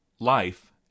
Life